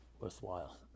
Worthwhile